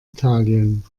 italien